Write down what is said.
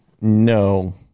No